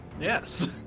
yes